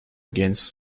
against